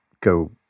go